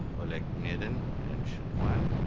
oleg gnedin and xun huan.